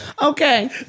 Okay